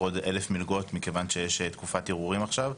בנוסף עוד כ-1,000 מלגות מכיוון שיש תקופת ערעורים עכשיו,